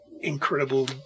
incredible